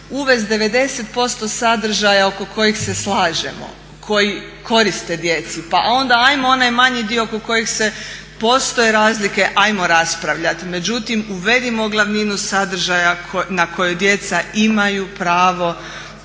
uvesti 90% sadržaja oko kojih se slažemo koji koriste djeci pa onda ajmo onaj manji dio oko kojih postoji razlike ajmo raspravljati, međutim uvedimo glavninu sadržaja na koju djeca imaju pravo dobiti.